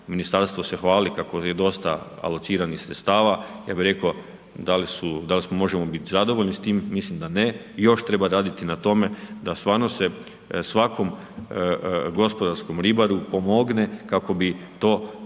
ministarstvo se hvali kako je dosta alociranih sredstava, ja bih rekao da li su, da li možemo biti zadovoljni s time, mislim da ne i još treba raditi na tome da stvarno se svakom gospodarskom ribaru pomogne kako bi to